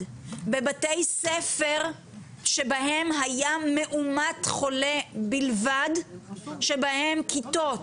ובבתי ספר שבהם היה מאומת לקורונה בלבד ושבהם כיתות